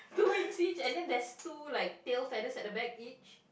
two wings each and then there's two like tail feathers at the back each